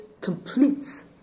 completes